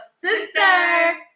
Sister